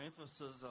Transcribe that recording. emphasis